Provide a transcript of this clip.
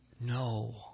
No